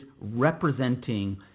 representing